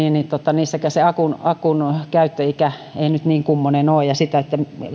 se akun akun käyttöikä ei nyt niin kummoinen ole sen